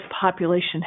population